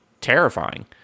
terrifying